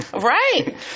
Right